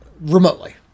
Remotely